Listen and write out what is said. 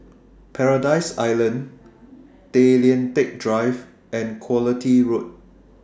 Paradise Island Tay Lian Teck Drive and Quality Road